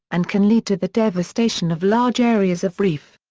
and can lead to the devastation of large areas of reef.